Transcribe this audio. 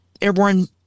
airborne